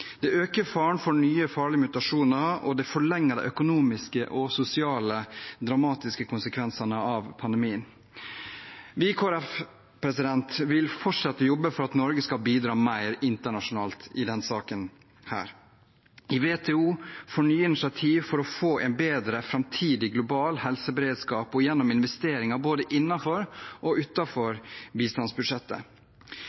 Det øker faren for nye farlige mutasjoner, og det forlenger de dramatiske økonomiske og sosiale konsekvensene av pandemien. Vi i Kristelig Folkeparti vil fortsatt jobbe for at Norge skal bidra mer internasjonalt i denne saken, i WTO, med nye initiativ for å få en bedre framtidig global helseberedskap, og gjennom investeringer, både innenfor og